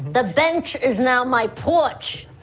the bench is now my porch.